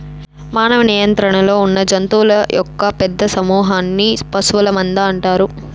మానవ నియంత్రణలో ఉన్నజంతువుల యొక్క పెద్ద సమూహన్ని పశువుల మంద అంటారు